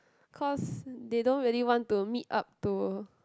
cause they don't really want to meet up to